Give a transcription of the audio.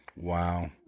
Wow